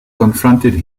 confronted